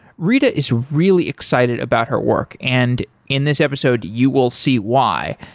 rita is really excited about her work and in this episode you will see why.